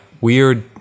weird